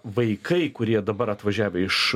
vaikai kurie dabar atvažiavę iš